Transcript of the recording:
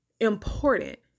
important